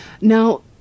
Now